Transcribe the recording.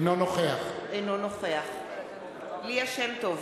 אינו נוכח ליה שמטוב,